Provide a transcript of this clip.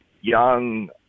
young